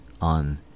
on